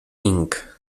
inc